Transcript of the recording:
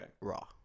raw